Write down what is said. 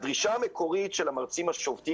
הדרישה המקורית של המרצים השובתים